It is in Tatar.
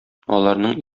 аларның